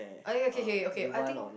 ah ya okay okay okay I think